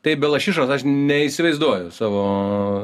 tai be lašišos aš neįsivaizduoju savo